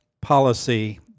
policy